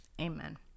Amen